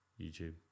YouTube